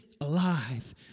alive